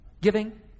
giving